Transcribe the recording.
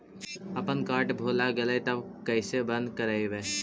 अपन कार्ड भुला गेलय तब कैसे बन्द कराइब?